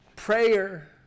Prayer